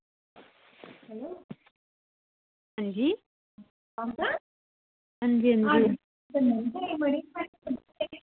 अंजी अंजी अंजी